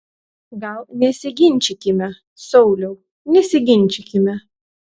gal nesiginčykime sauliau nesiginčykime